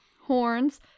horns